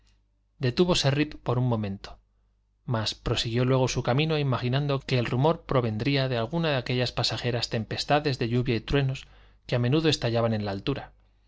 detúvose rip por un momento mas prosiguió luego su camino imaginando que el rumor provendría de alguna de aquellas pasajeras tempestades de lluvia y truenos que a menudo estallan en la altura